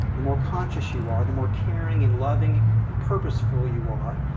the more conscious you are, the more caring and loving and purposeful you are,